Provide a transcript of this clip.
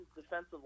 defensive